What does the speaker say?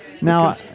Now